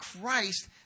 Christ